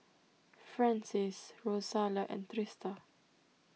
Francies Rosalia and Trista